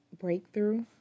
breakthrough